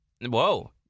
Whoa